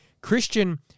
Christian